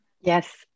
Yes